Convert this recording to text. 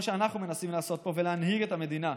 שאנחנו מנסים לעשות פה ולהנהיג את המדינה.